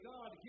God